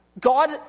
God